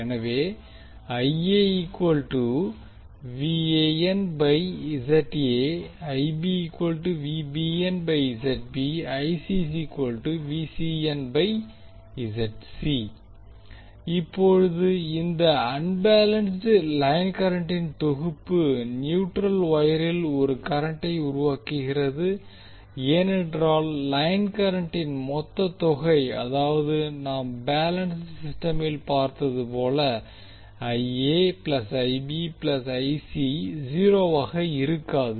எனவே இப்போது இந்த அன்பேலன்ஸ்ட் லைன் கரண்டின் தொகுப்பு நியூட்ரல் வொயரில் ஒரு கரண்டை உருவாக்குகிறது ஏனென்றால் லைன் கரண்டின் மொத்த தொகை அதாவது நாம் பேலன்ஸ்ட் சிஸ்டமில் பார்த்தது போல 0 வாக இருக்காது